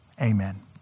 Amen